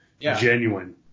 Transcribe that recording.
genuine